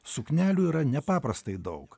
suknelių yra nepaprastai daug